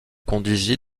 conduisit